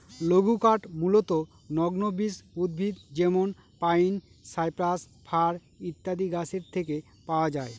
লঘুকাঠ মূলতঃ নগ্নবীজ উদ্ভিদ যেমন পাইন, সাইপ্রাস, ফার ইত্যাদি গাছের থেকে পাওয়া যায়